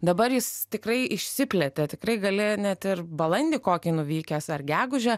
dabar jis tikrai išsiplėtė tikrai gali net ir balandį kokį nuvykęs ar gegužę